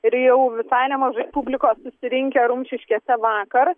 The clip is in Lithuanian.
ir jau visai nemažai publikos susirinkę rumšiškėse vakar